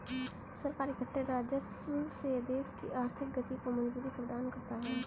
सरकार इकट्ठे राजस्व से देश की आर्थिक गति को मजबूती प्रदान करता है